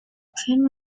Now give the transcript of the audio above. can